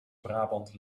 brabant